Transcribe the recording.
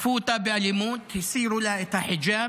תקפו אותה באלימות, הסירו לה את החיג'אב.